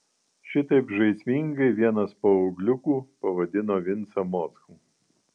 šitaip žaismingai vienas paaugliukų pavadino vincą mockų